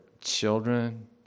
children